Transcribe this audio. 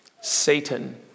Satan